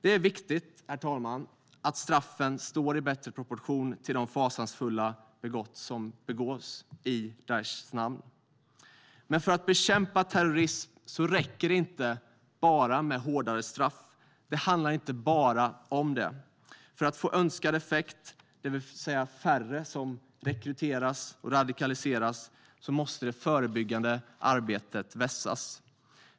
Det är viktigt, herr talman, att straffen står i bättre proportion till de fasansfulla brott som begås i Daishs namn. För att bekämpa terrorism räcker det inte med bara hårdare straff. Det handlar inte bara om det. För att få önskad effekt, det vill säga färre som rekryteras och radikaliseras, måste det förebyggande arbetet vässas.